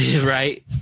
Right